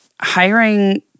hiring